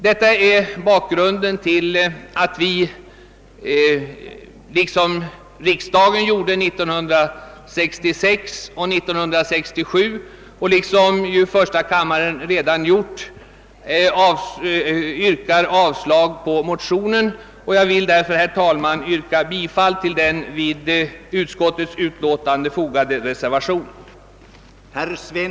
Det är bakgrunden till att vi, liksom riksdagen gjorde 1966 och 1967 och liksom första kammaren redan gjort i anledning av förevarande utlåtande, icke velat biträda motionerna. Jag ber, herr talman, att få yrka bifall till den vid utskottets utlåtande fogade reservationen.